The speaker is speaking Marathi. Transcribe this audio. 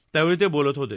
त्यावेळी ते बोलत होते